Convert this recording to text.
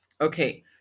Okay